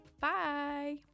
bye